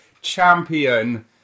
champion